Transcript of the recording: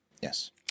Yes